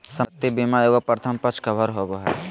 संपत्ति बीमा एगो प्रथम पक्ष कवर होबो हइ